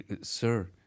sir